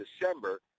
December